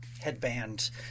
headband